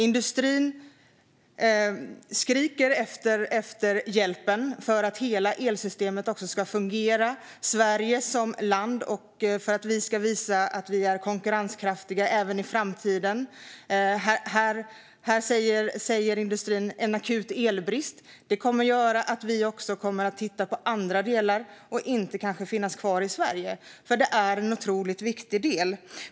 Industrin skriker efter hjälp för att hela elsystemet ska fungera för Sverige som land och för att vi ska kunna visa att vi är konkurrenskraftiga även i framtiden. Här säger industrin att en akut elbrist kommer att göra att de kommer att titta på andra delar och kanske inte finnas kvar i Sverige. Detta är en otroligt viktig del.